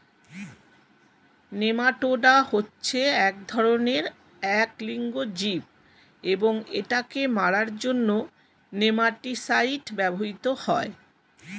nematoda হচ্ছে এক ধরণের এক লিঙ্গ জীব এবং এটাকে মারার জন্য নেমাটিসাইড ব্যবহৃত হয়